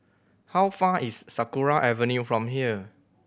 how far is Sakra Avenue from here